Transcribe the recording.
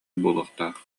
буолуохтаах